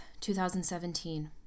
2017